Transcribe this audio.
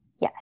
Yes